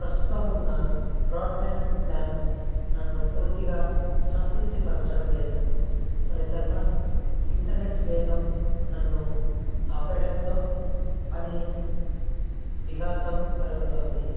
ప్రస్తుతం ఉన్న broadband plan నన్ను పూర్తిగా సంతృప్తిపరచడం లేదు ఫలితంగా ఇంటర్నెట్ వేగం నన్ను ఆపేయడంతో పని విఘాతం కలుగుతోంది